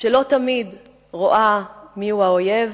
שלא תמיד רואה מיהו האויב,